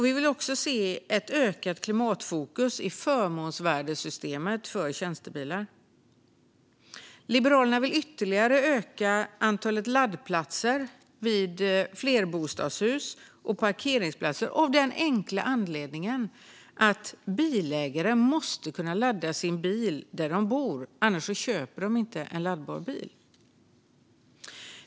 Vi vill också se ett ökat klimatfokus i förmånsvärdessystemet för tjänstebilar. Liberalerna vill ytterligare öka antalet laddplatser vid flerbostadshus och parkeringsplatser av den enkla anledningen att bilägare måste kunna ladda sin bil där de bor - annars köper de inte en laddbar bil.